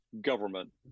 government